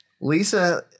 Lisa